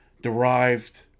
derived